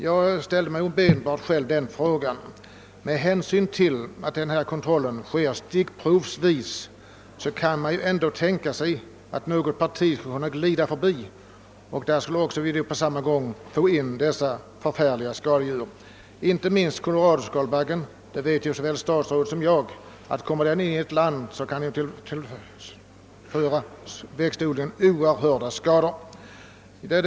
Jag slogs omedelbart av denna tanke: Med hänsyn till att denna kontroll sker stickprovsvis kan man ändå tänka sig att något parti kommer att glida förbi och att vi alltså kan få in dessa förfärliga skadedjur — inte minst koloradoskalbaggen. Såväl statsrådet som jag vet att om den kommer in i ett land kan den tillfoga växtodlingen oerhörda skador.